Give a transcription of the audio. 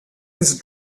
his